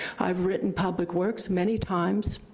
i've written public works many times.